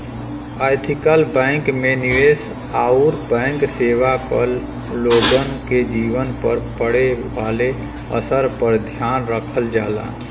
ethical bank में निवेश आउर बैंक सेवा क लोगन के जीवन पर पड़े वाले असर पर ध्यान रखल जाला